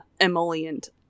emollient